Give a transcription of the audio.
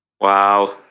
Wow